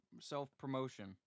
self-promotion